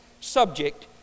subject